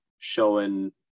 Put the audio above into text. showing